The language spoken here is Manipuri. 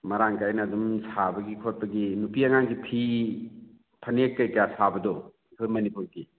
ꯃꯔꯥꯡꯀꯥꯏꯅ ꯑꯗꯨꯝ ꯁꯥꯕꯒꯤ ꯈꯣꯠꯄꯒꯤ ꯅꯨꯄꯤ ꯑꯉꯥꯡꯒꯤ ꯐꯤ ꯐꯅꯦꯛ ꯀꯔꯤ ꯀꯔꯥ ꯁꯥꯕꯗꯣ ꯑꯩꯈꯣꯏ ꯃꯅꯤꯄꯨꯔꯒꯤ